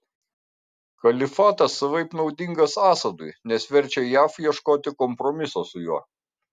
kalifatas savaip naudingas assadui nes verčia jav ieškoti kompromiso su juo